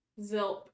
Zilp